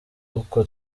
uko